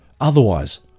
Otherwise